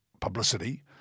publicity